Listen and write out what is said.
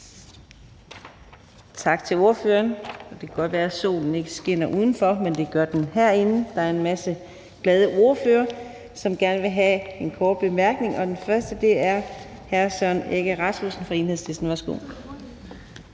Tak til ordføreren. Det kan godt være, solen ikke skinner udenfor, men det gør den herinde. Der er en masse glade ordførere, som gerne vil have en kort bemærkning, og den første er hr. Søren Egge Rasmussen fra Enhedslisten. Værsgo.